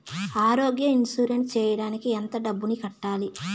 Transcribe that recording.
ఆరోగ్య ఇన్సూరెన్సు సేయడానికి ఎంత డబ్బుని కట్టాలి?